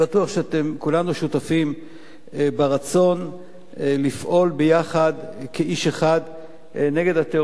שכולנו שותפים ברצון לפעול ביחד כאיש אחד נגד הטרור.